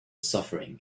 suffering